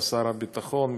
שר הביטחון,